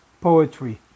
poetry